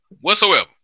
whatsoever